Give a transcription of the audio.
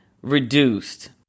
reduced